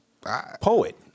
Poet